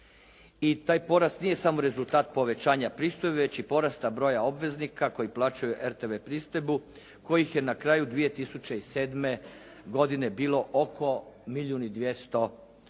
i taj porast nije samo rezultat povećanja pristojbe, već i porasta broja obveznika koji plaćaju RTV pristojbu kojih je na kraju 2007. godine bilo oko milijun